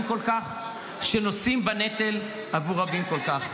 כל כך שנושאים בנטל עבור רבים כל כך.